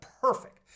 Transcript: perfect